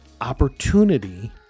opportunity